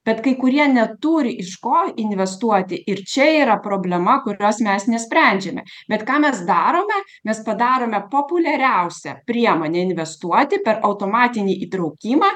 bet kai kurie neturi iš ko investuoti ir čia yra problema kurios mes nesprendžiame bet ką mes darome mes padarome populiariausia priemone investuoti per automatinį įtraukimą